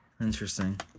Interesting